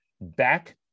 back